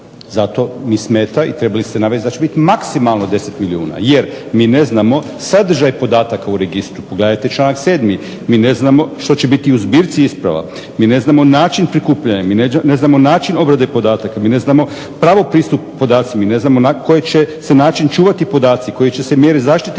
Zato mi smeta i trebali ste navest da će bit maksimalno 10 milijuna jer mi ne znamo sadržaj podatka u registru. Pogledajte članak 7., mi ne znamo što će biti u zbirci isprava, mi ne znamo način prikupljanja, mi ne znamo način obrade podataka, mi ne znamo pravo pristupa podacima, mi ne znamo na koji će se način čuvati podaci, koje će se mjere zaštite